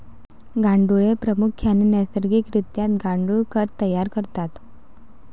गांडुळे प्रामुख्याने नैसर्गिक रित्या गांडुळ खत तयार करतात